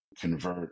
convert